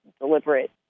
deliberate